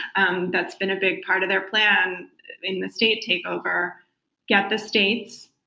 and that's been a big part of their plan in the state takeover get the states,